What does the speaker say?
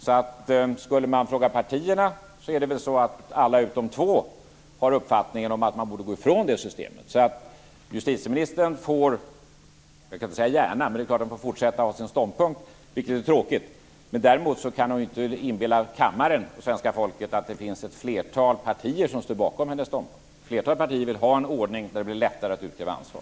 Om man skulle fråga partierna skulle man få veta att alla utom två har uppfattningen att vi borde gå ifrån det systemet. Justitieministern får fortsätta att hävda sin ståndpunkt, vilket är tråkigt, men hon kan däremot inte inbilla kammaren och svenska folket att ett flertal partier står bakom hennes ståndpunkt. Flertalet partier vill ha en ordning där det blir lättare att utkräva ansvar.